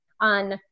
on